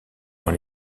dans